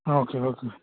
ah okay okay